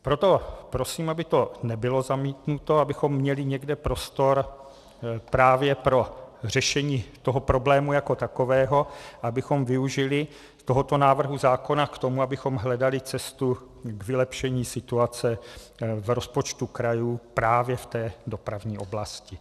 Proto prosím, aby to nebylo zamítnuto, abychom měli někde prostor právě pro to řešení problému jako takového, abychom využili tohoto návrhu zákona k tomu, abychom hledali cestu k vylepšení situace v rozpočtu krajů právě v té dopravní oblasti.